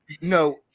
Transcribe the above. no